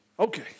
Okay